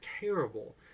terrible